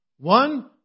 One